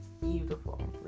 beautiful